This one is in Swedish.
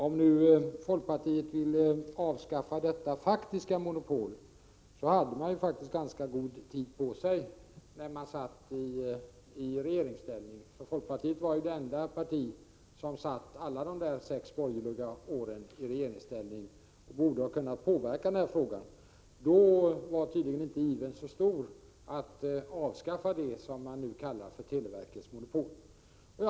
Om nu folkpartiet vill avskaffa detta faktiska monopol vill jag påminna om att folkpartiet hade ganska god tid på sig att göra det under sin tid i regeringsställning. Folkpartiet var ju det enda parti som satt i regeringen under alla de sex borgerliga åren och borde därför ha kunnat påverka den här frågan. Men då var ivern tydligen inte så stor att avskaffa det som man nu kallar för televerkets monopol.